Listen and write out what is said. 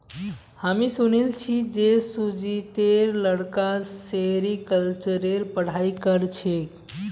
हामी सुनिल छि जे सुजीतेर लड़का सेरीकल्चरेर पढ़ाई कर छेक